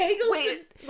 Wait